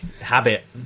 Habit